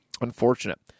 unfortunate